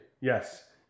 Yes